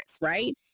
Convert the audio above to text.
right